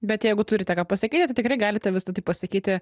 bet jeigu turite ką pasakyti tai tikrai galite visa tai pasakyti